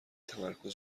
تمرکز